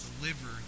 deliver